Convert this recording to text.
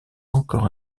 encore